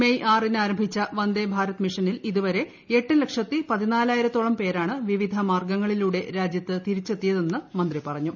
May ആറിന് ആരംഭിച്ച വന്ദേ ഭാരത് മിഷനിൽ ഇതുവരെ എട്ട് ലക്ഷത്തി പതിനാലായിരത്തോളം പേരാണ് വിവിധ മാർഗ്ഗങ്ങളിലൂടെ രാജ്യത്ത് തിരിച്ചെത്തിയതെന്ന് മന്ത്രി പറഞ്ഞു